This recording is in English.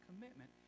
commitment